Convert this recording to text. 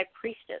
priestess